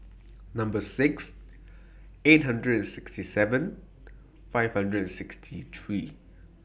Number six eight hundred and sixty seven five hundred and sixty three